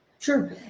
Sure